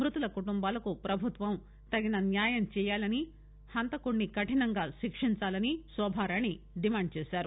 మ్మతుల కుటుంబాలకు ప్రభుత్వం తగిన న్యాయం చేయాలని హంతకుడిని కరినంగా శిక్షించాలని శోభారాణి డిమాండ్ చేశారు